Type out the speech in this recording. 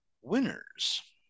winners